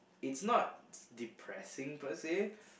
it's not depressing per say